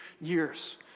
years